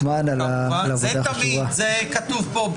תודה,